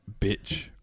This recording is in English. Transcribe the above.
bitch